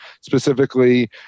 specifically